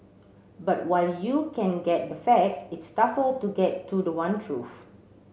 but while you can get the facts it's tougher to get to the one truth